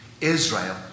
israel